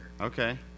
Okay